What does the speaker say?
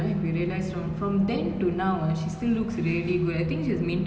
ya uh where where did where where did you hear this news that she's staying in singapore